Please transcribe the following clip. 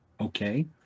Okay